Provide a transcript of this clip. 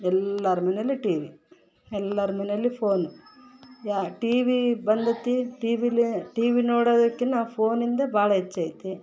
ಎಲ್ಲಾರ ಮನೆಯಲ್ಲೂ T V ಎಲ್ಲಾರ ಮನೆಯಲ್ಲೂ ಫೋನ್ ಯಾ ಟಿ ವಿ ಬಂದತಿ ಟಿ ವಿಲಿ ಟಿ ವಿ ನೋಡೋದಕ್ಕಿನ ಫೋನಿಂದ ಭಾಳ ಹೆಚೈತಿ